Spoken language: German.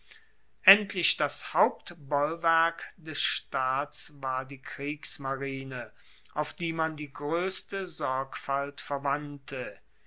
endlich das hauptbollwerk des staats war die kriegsmarine auf die man die groesste sorgfalt verwandte